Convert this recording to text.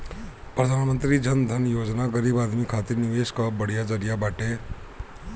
प्रधानमंत्री जन धन योजना गरीब आदमी खातिर निवेश कअ बढ़िया जरिया बाटे